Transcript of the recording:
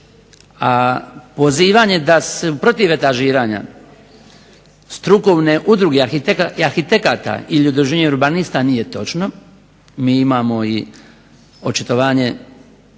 A pozivanje protiv etažiranja strukovne udruge arhitekata ili Udruženje urbanista nije točno. Mi imamo i očitovanje